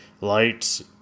lights